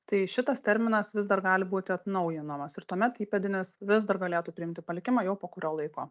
tai šitas terminas vis dar gali būti atnaujinamas ir tuomet įpėdinis vis dar galėtų priimti palikimą jau po kurio laiko